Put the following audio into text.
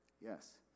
Yes